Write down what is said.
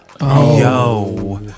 Yo